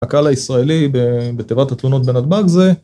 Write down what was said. הקהל הישראלי בתיבת התלונות בנתב"ג זה